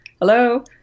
Hello